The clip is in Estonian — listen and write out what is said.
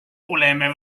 oleme